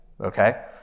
okay